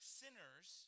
sinners